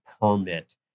permit